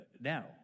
now